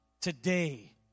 today